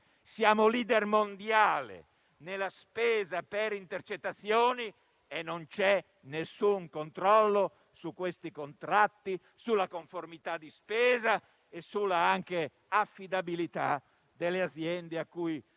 è *leader* mondiale nella spesa per le intercettazioni e non c'è nessun controllo su questi contratti, sulla conformità di spesa e anche sulla affidabilità delle aziende a cui vengono